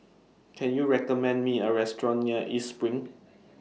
Can YOU recommend Me A Restaurant near East SPRING